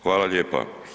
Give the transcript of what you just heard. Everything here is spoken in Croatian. Hvala lijepa.